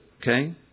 Okay